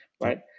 Right